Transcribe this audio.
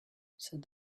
said